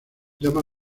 llama